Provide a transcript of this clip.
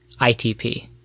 ITP